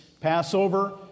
Passover